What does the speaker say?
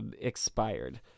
expired